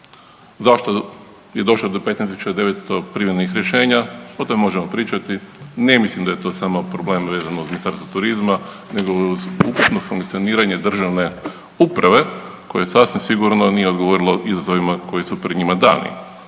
Zašto je došlo do 15.900 privremenih rješenja o tome možemo pričati. Ne mislim da je to samo problem vezan uz Ministarstvo turizma nego i uz ukupno funkcioniranje državne uprave koja sasvim sigurno nije odgovorila izazovima koji su pred njima dani.